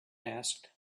asked